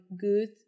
good